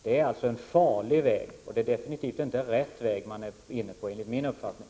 Det är en farlig väg, och det är definitivt inte rätt väg som man är inne på, enligt min uppfattning.